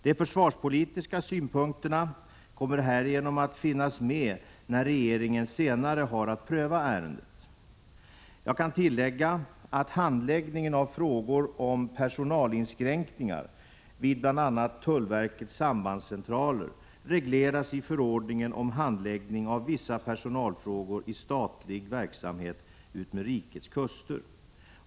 De försvarspolitiska synpunkterna kommer härigenom att finnas med när regeringen senare har att pröva ärendet. Jag kan tillägga att handläggningen av frågor om personalinskränkningar vid bl.a. tullverkets sambandscentraler regleras i förordningen om handläggning av vissa personalfrågor i statlig verksamhet utmed rikets kuster.